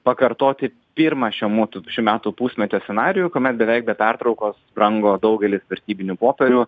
pakartoti pirmą šio mutų šių metų pusmečio scenarijų kuomet beveik be pertraukos brango daugelis vertybinių popierių